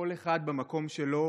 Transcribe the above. כל אחד במקום שלו,